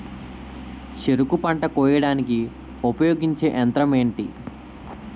చెరుకు పంట కోయడానికి ఉపయోగించే యంత్రం ఎంటి?